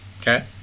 Okay